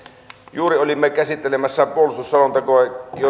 juuri olimme käsittelemässä puolustusselontekoa